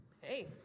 Hey